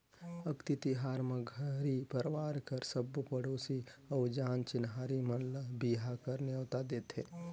अक्ती तिहार म घरी परवार कर सबो पड़ोसी अउ जान चिन्हारी मन ल बिहा कर नेवता देथे